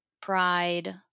pride